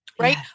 right